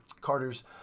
Carter's